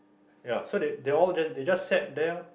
ya so they they all they just sat there loh